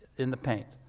in the paint.